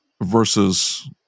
versus